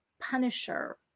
punisher